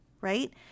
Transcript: Right